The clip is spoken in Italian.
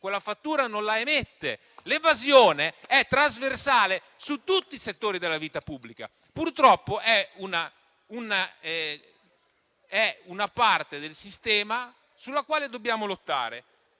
quella fattura non la emette. L'evasione è trasversale in tutti i settori della vita pubblica, purtroppo è una parte del sistema contro cui dobbiamo lottare.